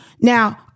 Now